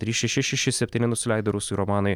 trys šeši šeši septyni nusileido rusui romanai